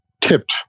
tipped